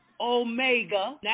Omega